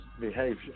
behavior